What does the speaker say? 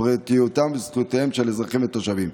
פרטיותם וזכויותיהם של אזרחים ותושבים.